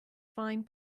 fine